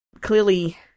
clearly